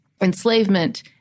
enslavement